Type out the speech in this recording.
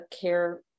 care